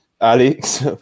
Alex